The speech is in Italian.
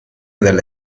delle